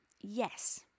Yes